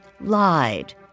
lied